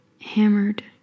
hammered